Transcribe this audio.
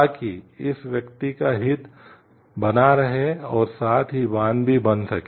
ताकि इस व्यक्ति का हित बना रहे और साथ ही बांध भी बन सके